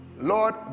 Lord